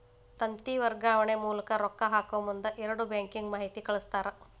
ತಂತಿ ವರ್ಗಾವಣೆ ಮೂಲಕ ರೊಕ್ಕಾ ಹಾಕಮುಂದ ಎರಡು ಬ್ಯಾಂಕಿಗೆ ಮಾಹಿತಿ ಕಳಸ್ತಾರ